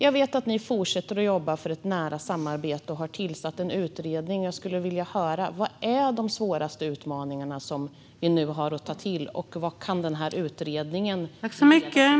Jag vet att ni fortsätter att jobba för ett nära samarbete och har tillsatt en utredning. Jag skulle vilja höra vilka som är de svåraste utmaningarna vi nu har och vad denna utredning kan leda till.